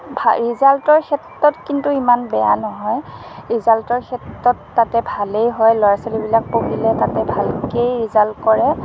ভাল ৰিজাল্টৰ ক্ষেত্ৰত কিন্তু ইমান বেয়া নহয় ৰিজাল্টৰ ক্ষেত্ৰত তাতে ভালেই হয় ল'ৰা ছোৱালীবিলাক পঢ়িলে তাতে ভালকেই ৰিজাল কৰে